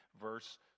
verse